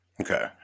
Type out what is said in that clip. okay